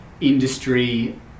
industry